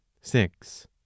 six